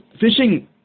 fishing